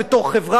בתור חברה,